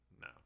No